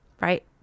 Right